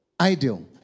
Ideal